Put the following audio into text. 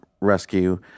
rescue